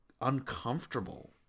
uncomfortable